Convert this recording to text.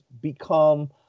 become